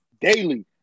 daily